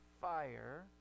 fire